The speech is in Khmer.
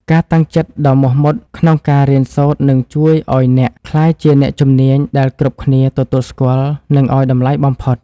ការតាំងចិត្តដ៏មោះមុតក្នុងការរៀនសូត្រនឹងជួយឱ្យអ្នកក្លាយជាអ្នកជំនាញដែលគ្រប់គ្នាទទួលស្គាល់ និងឱ្យតម្លៃបំផុត។